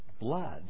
blood